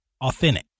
authentic